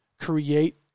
create